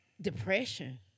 depression